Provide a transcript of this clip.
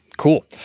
Cool